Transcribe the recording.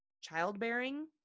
childbearing